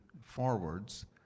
forwards